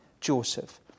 Joseph